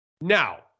Now